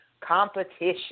Competition